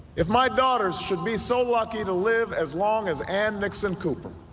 if my daughter should be so lucky to live as long as an mix and cooper